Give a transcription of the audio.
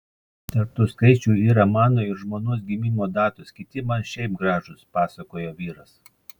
tarp tų skaičių yra mano ir žmonos gimimo datos kiti man šiaip gražūs pasakojo vyras